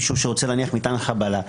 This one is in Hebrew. מישהו שרוצה להניח מטען חבלה,